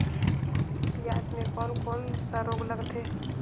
पियाज मे कोन कोन सा रोग लगथे?